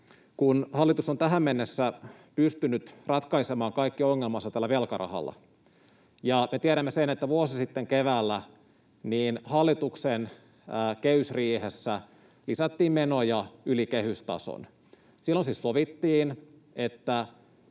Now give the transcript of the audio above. kun hallitus on tähän mennessä pystynyt ratkaisemaan kaikki ongelmansa tällä velkarahalla ja kun me tiedämme sen, että vuosi sitten keväällä hallituksen kehysriihessä lisättiin menoja yli kehystason — silloin siis sovittiin